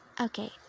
okay